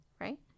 right